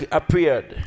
appeared